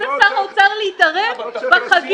רוצה שר האוצר להתערב בחגים?